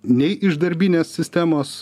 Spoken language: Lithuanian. nei iš darbinės sistemos